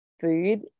food